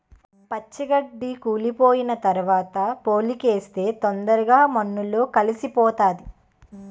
పచ్చి గడ్డి కుళ్లిపోయిన తరవాత పోలికేస్తే తొందరగా మన్నులో కలిసిపోతాది